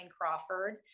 Crawford